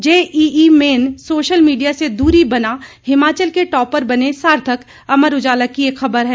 JEE main social media से दूरी बना हिमाचल के टॉपर बने सार्थक अमर उजाला की एक खबर है